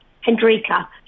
Hendrika